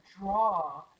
draw